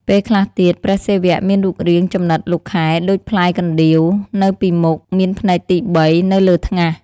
ពេលខ្លះទៀត ព្រះសិវៈមានរូបរាងចំណិតលោកខែដូចផ្លែកណ្តៀវ នៅពីមុខ មានភ្នែកទី៣ នៅលើថ្ងាស។